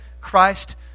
Christ